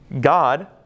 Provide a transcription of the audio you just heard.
God